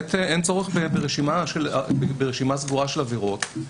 בהחלט אין צורך ברשימה סגורה של עבירות.